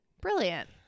brilliant